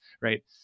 right